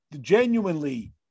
genuinely